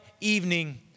evening